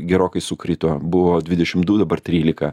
gerokai sukrito buvo dvidešim du dabar trylika